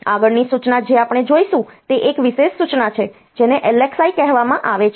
આગળની સૂચના જે આપણે જોઈશું તે એક વિશેષ સૂચના છે જેને LXI કહેવામાં આવે છે